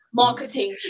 marketing